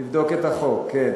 לבדוק את החוק, כן.